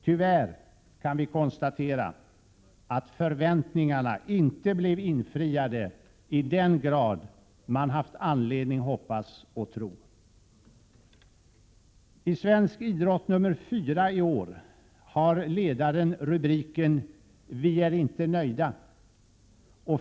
Tyvärr kan vi konstatera att förväntningarna inte blev infriade i den grad man haft anledning hoppas och tro. I Svensk Idrott nr 4 i år har ledaren rubriken ”Vi är inte nöjda”.